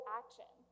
action